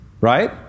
right